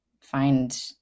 find